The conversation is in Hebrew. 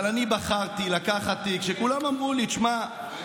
אבל אני בחרתי לקחת תיק שכולם אמרו לי: שמע,